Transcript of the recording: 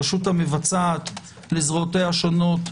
הרשות המבצעות על זרועותיה השונות,